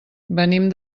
venim